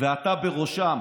ואתה בראשם,